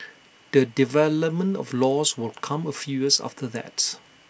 the development of laws will come A few years after that